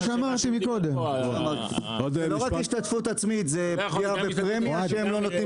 אני מתנצל שהגעתי